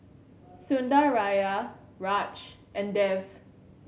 Sundaraiah Raj and Dev